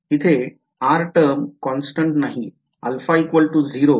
तिथे r term constant नाहीये α 0